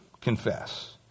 confess